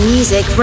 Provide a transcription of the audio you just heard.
Music